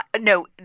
No